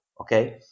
okay